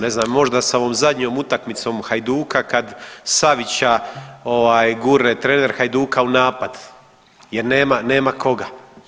Ne znam možda sa ovom zadnjom utakmicom Hajduka kad Savića gurne trener Hajduka u napad jer nema koga.